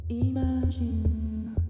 imagine